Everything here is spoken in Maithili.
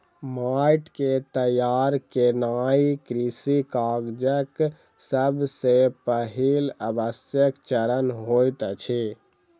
माइट के तैयार केनाई कृषि काजक सब सॅ पहिल आवश्यक चरण होइत अछि